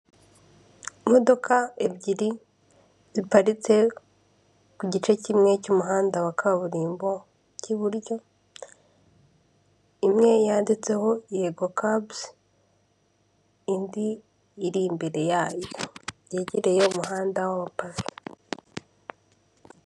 Imodoka ebyiri ziparitse ku gice kimwe cy'umuhanda wa kaburimbo cy'iburyo, imwe yanditseho yego kabuzi, indi iri imbere yayo, yegereye umuhanda w'amapave.